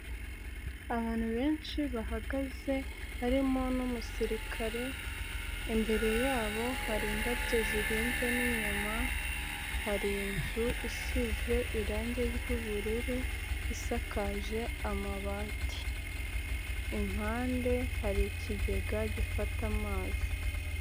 Abantu benshi bahagaze harimo n'umusirikare, imbere yabo hari indabyo zihinze n'inyuma hari inzu isize irange ry'ubururu isakaje amabati, impande hari ikigega gifata amazi.